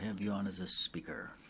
have you on as a speaker.